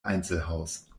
einzelhaus